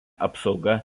apsauga